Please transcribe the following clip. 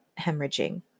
hemorrhaging